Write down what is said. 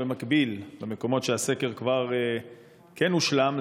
במקומות שהסקר כבר כן הושלם,